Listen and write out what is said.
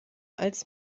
als